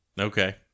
Okay